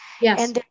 Yes